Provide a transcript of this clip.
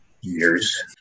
years